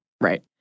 right